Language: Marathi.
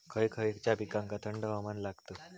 खय खयच्या पिकांका थंड हवामान लागतं?